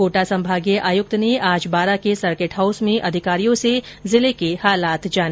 कोटा संभागीय आयुक्त ने आज बारां सर्किट हाउस में अधिकारियों से जिले के हालात जाने